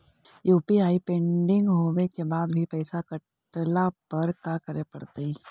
UPI pending होवे के बाद भी पैसा कटला पर का करे पड़तई?